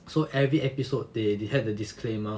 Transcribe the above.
so every episode they they had a disclaimer